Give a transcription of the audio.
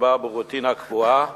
מדובר ברוטינה קבועה,